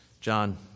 John